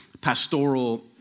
pastoral